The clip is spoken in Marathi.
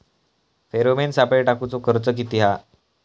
फेरोमेन सापळे टाकूचो खर्च किती हा?